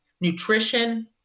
nutrition